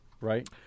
Right